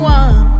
one